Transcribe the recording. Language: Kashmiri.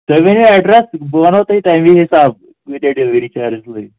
تُہۍ ؤنِو اٮ۪ڈرَس بہٕ وَنو تۄہہِ تَمی حِسابہٕ کۭتیٛاہ ڈِلؤری چارجِز